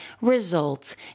results